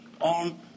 on